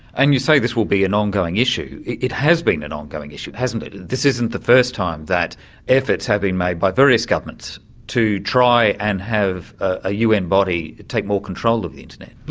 and you say this will be an ongoing issue. it has been an ongoing issue, hasn't it. this isn't the first time that efforts have been made by various governments to try and have a un body take more control of the internet.